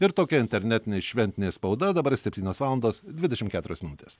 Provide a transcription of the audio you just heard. ir tokia internetinė šventinė spauda dabar septynios valandos dvidešimt keturios minutes